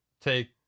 take